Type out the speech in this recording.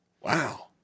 Wow